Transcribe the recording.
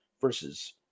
versus